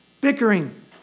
bickering